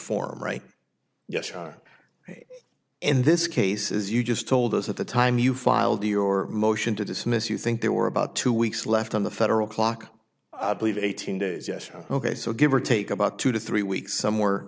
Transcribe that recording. form right yes you are in this case as you just told us at the time you filed your motion to dismiss you think there were about two weeks left on the federal clock i believe eighteen days yes ok so give or take about two to three weeks somewhere